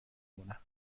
مونم